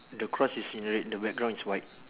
the cross is in red the background is white